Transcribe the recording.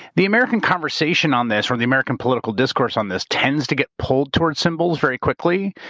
the american conversation on this or the american political discourse on this tends to get pulled towards symbols very quickly,